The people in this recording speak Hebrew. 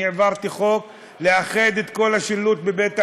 אני העברתי חוק לאחד את כל השילוט בבית העסק,